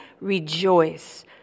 rejoice